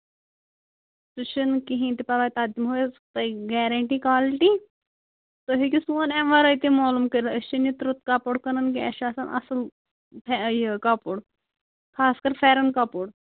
سُہ چھُنہٕ کِہیٖنٛۍ تہِ پَرواے تَتھ دِمہو أسۍ تۄہہِ گیرینٹی کوالٹی تُہۍ ہیٚکِو سون اَمہِ وَراے تہِ معلوٗم کٔرِتھ أسۍ چھِنہٕ یہِ ترٕٛتھ کپُر کٕنان کیٚنٛہہ اَسہِ چھُ آسان اَصٕل یہِ کَپُر خاص کر فٮ۪رَن کَپُر